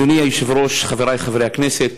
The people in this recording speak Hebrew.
אדוני היושב-ראש, חברי חברי הכנסת,